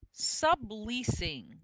subleasing